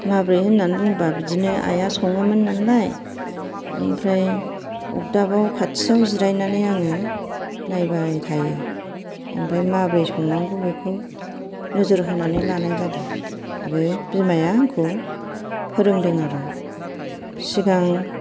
माब्रै होन्नानै बुंबा बिदिनो आइया सङोमोन नालाय ओमफ्राय अगदाबाव खाथियाव जिरायनानै आङो नायबाय थायो ओमफ्राय माब्रै संनांगौ बेखौ नोजोर होनानै लानाय जादों आरो बिमाया आंखौ फोरोंदों आरो सिगां